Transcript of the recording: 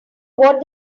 what